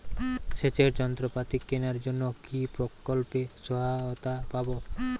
সেচের যন্ত্রপাতি কেনার জন্য কি প্রকল্পে সহায়তা পাব?